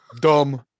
Dumb